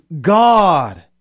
God